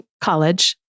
college